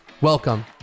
Welcome